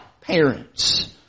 parents